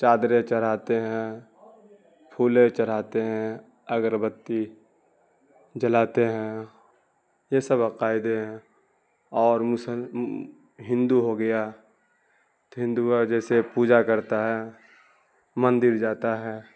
چادریں چڑھاتے ہیں پھول چڑھاتے ہیں اگربتی جلاتے ہیں یہ سب عقائد ہیں اور ہندو ہو گیا تو ہندو جیسے پوجا کرتا ہے مندر جاتا ہے